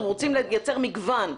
אנחנו רוצים לייצר מגוון,